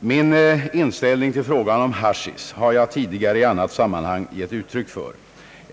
Min = inställning till frågan om haschisch har jag tidigare i annat sammanhang gett uttryck för.